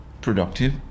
productive